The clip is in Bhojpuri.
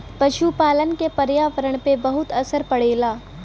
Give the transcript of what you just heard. पसुपालन क पर्यावरण पे बहुत असर पड़ेला